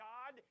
God